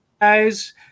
guys